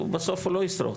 הוא לא ישרוד,